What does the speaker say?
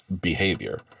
behavior